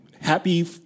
happy